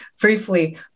briefly